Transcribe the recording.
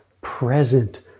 present